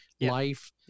life